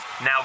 Now